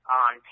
on